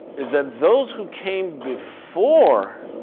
is that those who came before